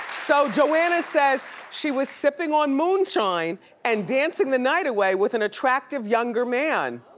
so joanna says she was sipping on moonshine and dancing the night away with an attractive younger man.